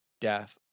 death